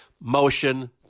motion